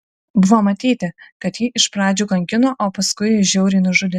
buvo matyti kad jį iš pradžių kankino o paskui žiauriai nužudė